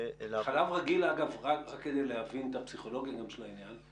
רק כדי להבין גם את הפסיכולוגיה של העניין.